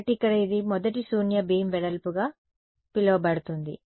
కాబట్టి ఇక్కడ ఇది మొదటి శూన్య బీమ్ వెడల్పు గా పిలువబడుతుంది